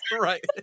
right